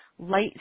light